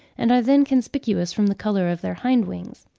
and are then conspicuous from the colour of their hind-wings.